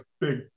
big